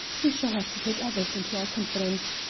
we shall have to take others into our confidence.